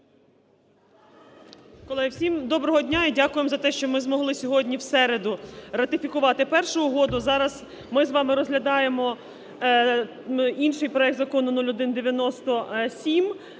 Колеги, всім доброго дня, і дякуємо за те, що ми змогли сьогодні, в середу, ратифікувати першу угоду. Зараз ми з вами розглядаємо інший проект Закону 0197,